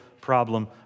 problem